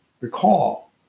recall